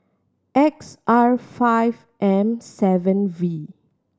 X R five M seven V